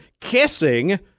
kissing